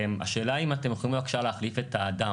השאלה היא אם אתם יכולים, בבקשה, את האדם?